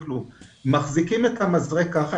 מחזיקים את המזרק ככה,